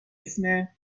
اسم